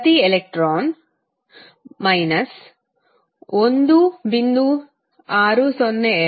ಪ್ರತಿ ಎಲೆಕ್ಟ್ರಾನ್ 1